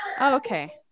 Okay